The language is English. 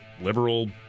liberal